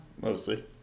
Mostly